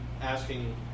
asking